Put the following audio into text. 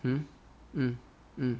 hmm mm mm